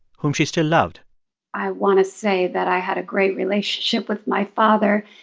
whom she still loved i want to say that i had a great relationship with my father.